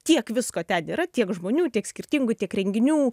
tiek visko ten yra tiek žmonių tiek skirtingų tiek renginių